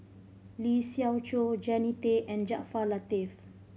Lee Siew Choh Jannie Tay and Jaafar Latiff